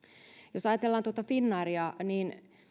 jos ajatellaan tuota finnairia niin